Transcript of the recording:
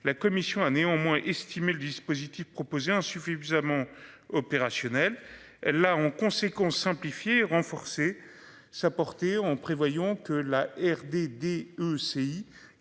La commission a néanmoins estimé le dispositif proposé insuffisamment opérationnelle. Là en conséquence simplifié et renforcer sa portée ont prévoyons que la RD,